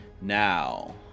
Now